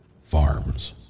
farms